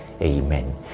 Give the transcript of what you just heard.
Amen